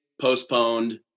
postponed